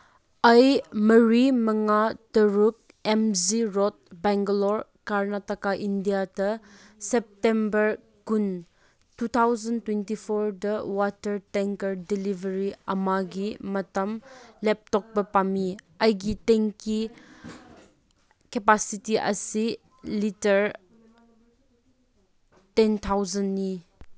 ꯑꯩ ꯃꯔꯤ ꯃꯉꯥ ꯇꯔꯨꯛ M G road Bangalore Karnataka ꯏꯟꯗꯤꯌꯥꯗ ꯁꯦꯞꯇꯦꯝꯕꯔ ꯀꯨꯟ ꯇꯨ ꯊꯥꯎꯖꯟ ꯇ꯭ꯋꯦꯟꯇꯤ ꯐꯣꯔꯗ ꯋꯥꯇꯔ ꯇꯦꯡꯀꯔ ꯗꯤꯂꯤꯚꯔꯤ ꯑꯃꯒꯤ ꯃꯇꯝ ꯂꯦꯞꯊꯣꯛꯄ ꯄꯥꯝꯃꯤ ꯑꯩꯒꯤ ꯇꯦꯡꯀꯤ ꯀꯦꯄꯥꯁꯤꯇꯤ ꯑꯁꯤ ꯂꯤꯇꯔ ꯇꯦꯟ ꯊꯥꯎꯖꯟꯅꯤ